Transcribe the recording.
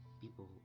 people